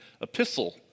epistle